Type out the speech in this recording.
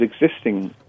existing